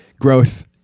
growth